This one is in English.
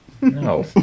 no